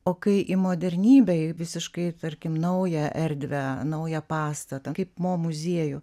o kai į modernybę visiškai tarkim naują erdvę naują pastatą kaip mo muziejų